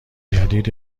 گردید